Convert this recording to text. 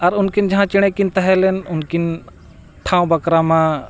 ᱟᱨ ᱩᱱᱠᱤᱱ ᱡᱟᱦᱟᱸ ᱪᱮᱬᱮ ᱠᱤᱱ ᱛᱟᱦᱮᱸ ᱞᱮᱱ ᱩᱱᱠᱤᱱ ᱴᱷᱟᱶ ᱵᱟᱠᱷᱨᱟ ᱢᱟ